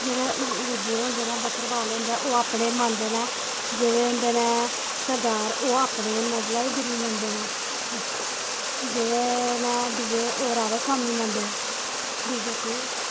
जेह्ड़े गुज्जर होंदे न बकररवाल होंदा न ओह् अपने मन्नदे न जेह्ड़े होंदे न सरदार ओह् अपने मतलब गुरु गी मन्नदे न जेह्ड़े न दूए होर राधा स्वामी मन्नदे न दूई जाति दे